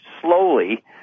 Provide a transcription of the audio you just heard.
slowly